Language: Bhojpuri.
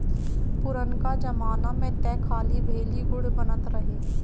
पुरनका जमाना में तअ खाली भेली, गुड़ बनत रहे